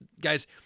guys